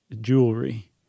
jewelry